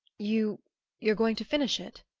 you you're going to finish it?